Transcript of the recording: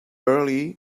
early